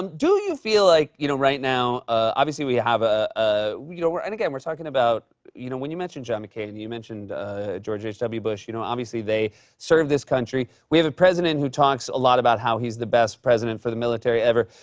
um do you feel like, you know right now, obviously, we have ah ah you know and, again, we're talking about you know when you mention john mccain, you mentioned george h w. bush. you know, obviously, they served this country. we have a president who talks a lot about how he's the best president for the military ever.